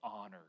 honor